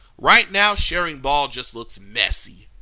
right now, charing ball just looks messy.